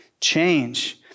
change